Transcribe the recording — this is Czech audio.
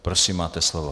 Prosím, máte slovo.